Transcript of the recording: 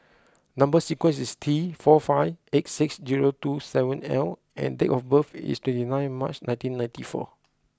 number sequence is T four five eight six zero two seven L and date of birth is twenty nine March nineteen ninety four